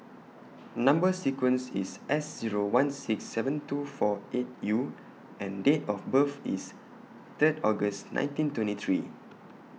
Number sequence IS S Zero one six seven two four eight U and Date of birth IS Third August nineteen twenty three